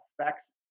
affects